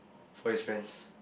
for his friends